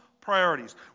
priorities